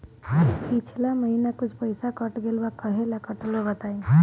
पिछला महीना कुछ पइसा कट गेल बा कहेला कटल बा बताईं?